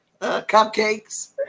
cupcakes